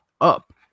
up